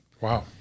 Wow